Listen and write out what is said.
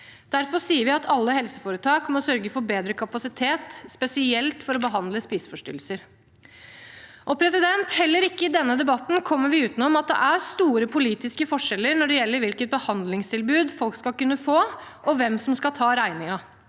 Derfor sier vi at alle helseforetak må sørge for bedre kapasitet, spesielt for å behandle spiseforstyrrelser. Heller ikke i denne debatten kommer vi utenom at det er store politiske forskjeller når det gjelder hvilke behandlingstilbud folk skal kunne få, og hvem som skal ta regningen.